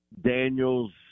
Daniels